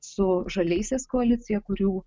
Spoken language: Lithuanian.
su žaliaisiais koalicija kurių